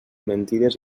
mentides